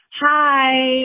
Hi